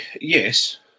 Yes